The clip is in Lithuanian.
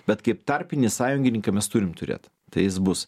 bet kaip tarpinį sąjungininką mes turim turėt tai jis bus